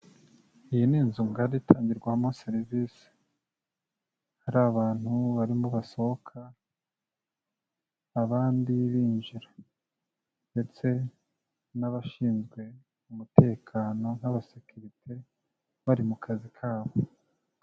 Iyi ni inzu ngari itangirwamo serivisi, hari abantu barimo basohoka abandi binjira ndetse n'abashinzwe umutekano nk'abasekirite bari mu kazi kabo.